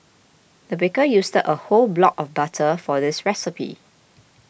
the baker used a whole block of butter for this recipe